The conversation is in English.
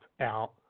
out